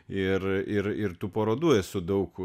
ir ir ir tų parodų esu daug